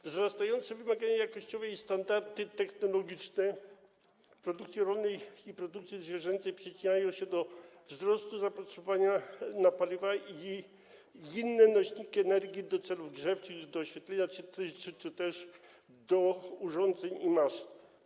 Wzrastające wymagania jakościowe i standardy technologiczne produkcji rolnej i produkcji zwierzęcej przyczyniają się do wzrostu zapotrzebowania na paliwa i inne nośniki energii do celów grzewczych, do oświetlenia czy też do urządzeń i maszyn.